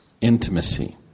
Intimacy